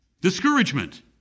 Discouragement